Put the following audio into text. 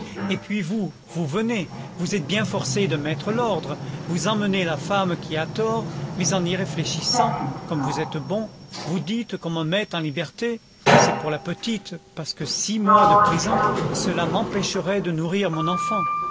et puis vous vous venez vous êtes bien forcé de mettre l'ordre vous emmenez la femme qui a tort mais en y réfléchissant comme vous êtes bon vous dites qu'on me mette en liberté c'est pour la petite parce que six mois en prison cela m'empêcherait de nourrir mon enfant